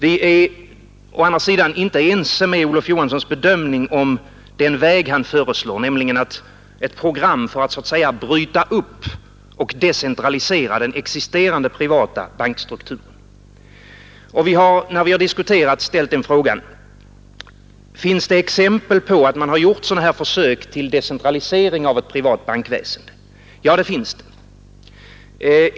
Vi är å andra sidan inte ense med Olof Johansson i hans bedömning av den väg han föreslår, nämligen ett program för att bryta upp och decentralisera den existerande privata bankstrukturen. Och vi har, när vi diskuterat, ställt den frågan: Finns det exempel på att man har gjort sådana här försök till decentralisering av ett monopoliserat näringsliv. Ja, det finns det.